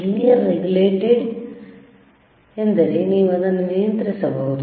linear regulated ಎಂದರೆ ನೀವು ಅದನ್ನು ನಿಯಂತ್ರಿಸಬಹುದು